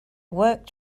worked